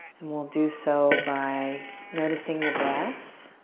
and we'll do so by noticing the breath.